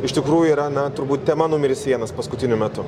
iš tikrųjų yra na turbūt tema numeris vienas paskutiniu metu